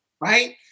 right